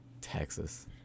Texas